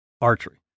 archery